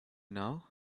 now